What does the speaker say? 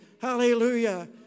Hallelujah